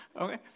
Okay